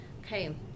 Okay